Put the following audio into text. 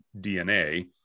DNA